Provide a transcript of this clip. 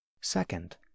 Second